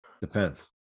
Depends